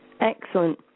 Excellent